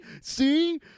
See